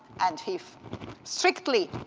and he strictly,